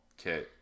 Okay